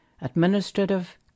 administrative